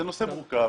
זה נושא מורכב.